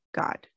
God